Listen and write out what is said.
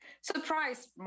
surprise